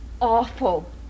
awful